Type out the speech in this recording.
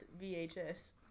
VHS